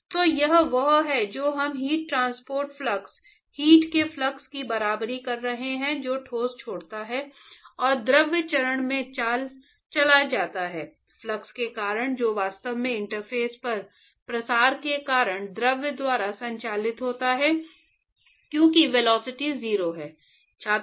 तो यह वह है जो हम हीट ट्रांसपोर्ट फ्लक्स हीट के फ्लक्स की बराबरी कर रहे हैं जो ठोस छोड़ देता है और द्रव चरण में चला जाता है फ्लक्स के साथ जो वास्तव में इंटरफ़ेस पर प्रसार के कारण द्रव द्वारा संचालित होता है क्योंकि वेलोसिटी 0 है